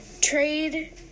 trade